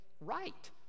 right